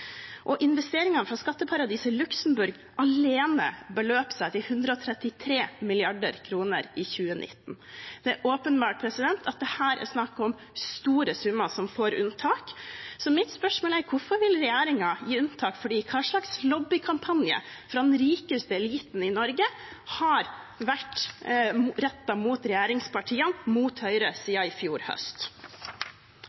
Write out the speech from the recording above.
og Cayman Islands. Investeringene fra skatteparadiset Luxembourg alene beløper seg til 133 mrd. kr i 2019. Det er åpenbart at det her er snakk om store summer som får unntak. Så mitt spørsmål er: Hvorfor vil regjeringen gi unntak for dem? Hva slags lobbykampanje fra den rikeste eliten i Norge har vært rettet mot regjeringspartiene, mot Høyre